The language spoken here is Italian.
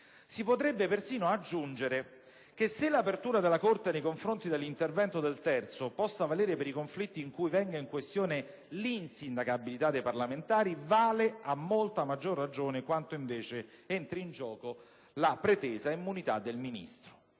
Si potrebbe persino aggiungere che, se l'apertura della Corte nei confronti dell'intervento del terzo può valere per i conflitti in cui venga in questione l'insindacabilità dei parlamentari, vale a molto maggior ragione quando invece entri in gioco la pretesa immunità del Ministro.